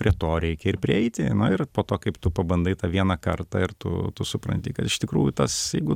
prie to reikia ir prieiti na ir po to kaip tu pabandai tą vieną kartą ir tu tu supranti kad iš tikrųjų tas jeigu